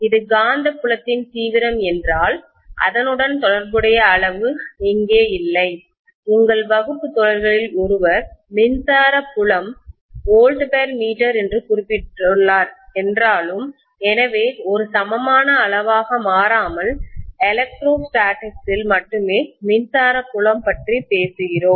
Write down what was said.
இது காந்த புலத்தின் தீவிரம் என்றால் அதனுடன் தொடர்புடைய அளவு இங்கே இல்லை உங்கள் வகுப்பு தோழர்களில் ஒருவர் மின்சார புலம் V m என்று குறிப்பிட்டுள்ளார் என்றாலும் எனவே ஒரு சமமான அளவாக மாறாமல் எலக்ட்ரோஸ்டேடிக்ஸில் மட்டுமே மின்சார புலம் பற்றி பேசுகிறோம்